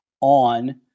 on